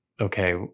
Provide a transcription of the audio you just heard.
Okay